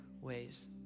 ways